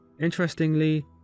Interestingly